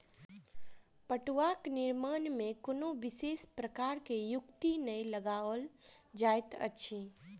फड़ुआक निर्माण मे कोनो विशेष प्रकारक युक्ति नै लगाओल जाइत अछि